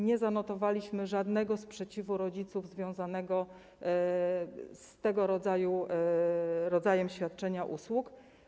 Nie zanotowaliśmy żadnego sprzeciwu rodziców związanego z tego rodzajem świadczeniem usług.